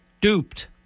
duped